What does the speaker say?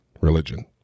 religion